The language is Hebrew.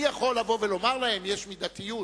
אני יכול לבוא ולומר להם: יש מידתיות